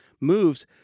moves